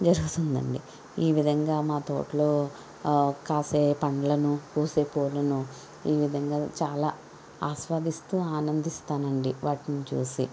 జరుగుతుందండి ఈ విధంగా మా తోటలో కాసే పండ్లను పూసే పూలను ఈ విధంగా చాలా ఆస్వాదిస్తూ ఆనందిస్తామండి వాటిని చూసి